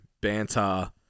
banter